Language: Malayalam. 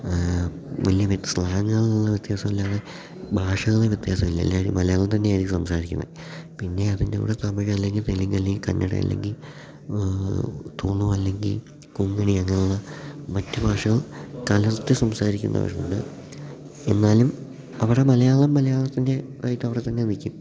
വലിയ സ്ലാങ്ങുകളിലുള്ള വ്യത്യാസം അല്ലാതെ ഭാഷയിൽ വ്യത്യാസം ഇല്ല എല്ലാവരും മലയാളം തന്നെ ആയിരിക്കും സംസാരിക്കുന്നത് പിന്നെ അതിൻ്റെ കൂടെ തമിഴ് അല്ലെങ്കിൽ തെലുങ്ക് അല്ലെങ്കിൽ കന്നട അല്ലെങ്കിൽ തുളു അല്ലെങ്കിൽ കൊങ്ങിണി അങ്ങനുള്ള മറ്റു ഭാഷ കലർത്തി സംസാരിക്കുന്നവർ ഉണ്ട് എന്നാലും അവരുടെ മലയാളം മലയാളം തന്നെ ആയിട്ടവിടെ തന്നെ നിൽക്കും